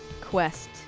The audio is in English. quest